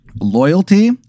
loyalty